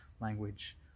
language